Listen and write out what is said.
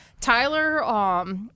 Tyler